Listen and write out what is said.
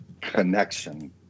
connection